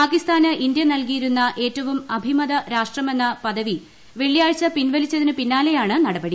പാകിസ്ഥാന് ഇന്ത്യ നൽകിയിരുന്ന ഏറ്റവും അഭിമത രാഷ്ട്രമെന്ന പദവി വെള്ളിയാഴ്ച പിൻവലിച്ചതിന് പിന്നാലെയാണ് നടപടി